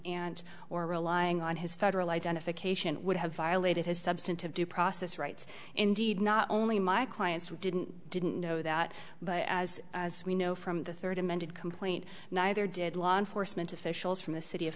and or relying on his federal identification would have violated his substantive due process rights indeed not only my clients who didn't didn't know that but as as we know from the third amended complaint neither did law enforcement officials from the city of